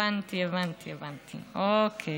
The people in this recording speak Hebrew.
הבנתי, טוב.